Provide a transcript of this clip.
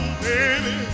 baby